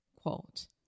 quote